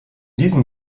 diesem